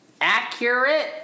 accurate